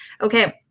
Okay